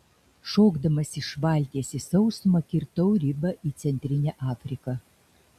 šokdamas iš valties į sausumą kirtau ribą į centrinę afriką